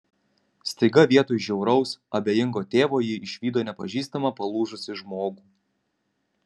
staiga vietoj žiauraus abejingo tėvo ji išvydo nepažįstamą palūžusį žmogų